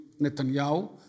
Netanyahu